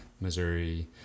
missouri